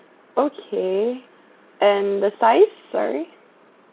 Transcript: okay and the size sorry